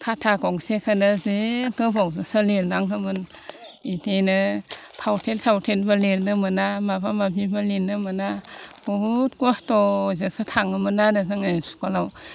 खाथा गांसेखौनो जि गोबावसो लिरनांगौमोन बिदिनो फावथेन थावथेनबो लिरनो मोना माबा माबिबो लिरनो मोना बहुद खस्थ' जोंसो थाङोमोन आरो जोङो स्कुलाव